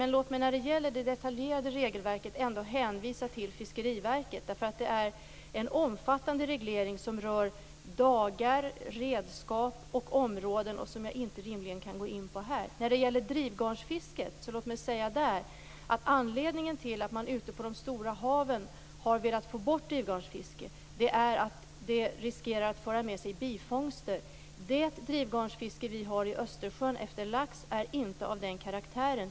Men låt mig när det gäller det detaljerade regelverket ändå hänvisa till Fiskeriverket, för det här är en omfattande reglering som rör dagar, redskap och områden och som jag inte rimligen kan gå in på här. När det gäller drivgarnsfisket vill jag säga att anledningen till att man ute på de stora haven har velat få bort drivgarnsfiske är att det riskerar att föra med sig bifångster. Det drivgarnsfiske som vi har efter lax i Östersjön är inte av den karaktären.